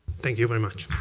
thank you very much.